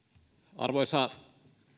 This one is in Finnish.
arvoisa